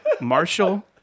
Marshall